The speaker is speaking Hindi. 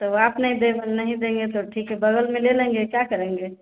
तो आप नहीं दे नहीं देंगे तो ठीक है बग़ल में ले लेंगे क्या करेंगे